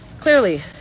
clearly